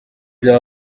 bya